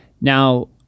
Now